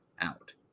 out